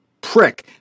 prick